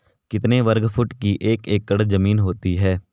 कितने वर्ग फुट की एक एकड़ ज़मीन होती है?